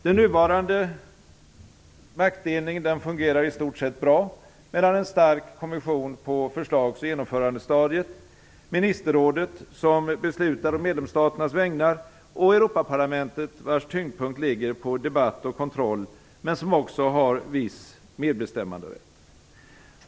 Den nuvarande maktdelningen fungerar i stort sett bra mellan en stark kommission på förslagsoch genomförandestadiet, ministerrådet, som beslutar å medlemsstaternas vägnar och Europaparlamentet, vars tyngdpunkt ligger på debatt och kontroll, men som också har viss medbestämmanderätt.